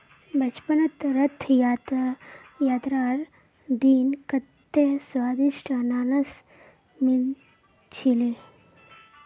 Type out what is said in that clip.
बचपनत रथ यात्रार दिन कत्ते स्वदिष्ट अनन्नास मिल छिले